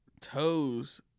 Toes